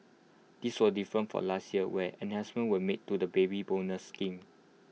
this was different from last year where enhancements were made to the Baby Bonus scheme